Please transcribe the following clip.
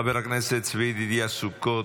חבר הכנסת צבי ידידיה סוכות,